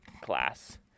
class